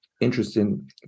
interesting